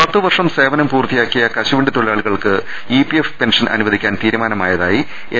പത്ത് വർഷം സേവനം പൂർത്തിയാക്കിയ കശുവണ്ടി തൊഴിലാ ളികൾക്ക് ഇപിഎഫ് പെൻഷൻ അനുവദിക്കാൻ തീരുമാനമായതായി എൻ